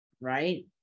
Right